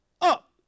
Up